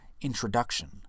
introduction